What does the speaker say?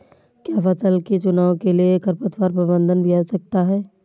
क्या फसल के चुनाव के लिए खरपतवार प्रबंधन भी आवश्यक है?